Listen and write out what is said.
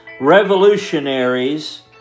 revolutionaries